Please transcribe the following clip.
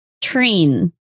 train